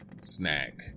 snack